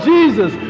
Jesus